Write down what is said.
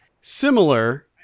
similar